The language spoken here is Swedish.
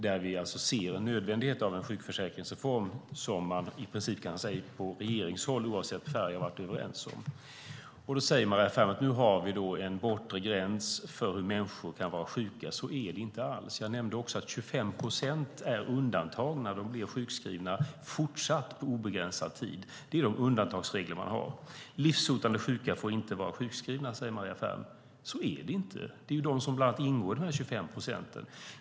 Vi ser alltså en nödvändighet av en sjukförsäkringsreform som man från regeringshåll, oavsett färg, har varit överens om. Då säger Maria Ferm att nu har vi en bortre gräns för hur länge människor kan vara sjuka. Så är det inte alls. Jag nämnde också att 25 procent är undantagna. De blir sjukskrivna fortsatt på obegränsad tid. Det är de undantagsregler som gäller. Livshotande sjuka får inte vara sjukskrivna, säger Maria Ferm. Så är det inte. Det är bland annat de som ingår i de 25 procenten.